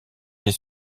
des